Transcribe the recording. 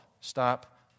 stop